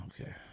Okay